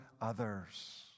others